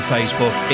Facebook